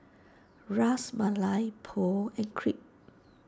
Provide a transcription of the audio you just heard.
Ras Malai Po and Crepe